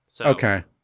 Okay